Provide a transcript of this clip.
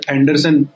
Anderson